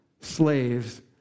slaves